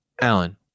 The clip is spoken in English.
alan